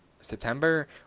September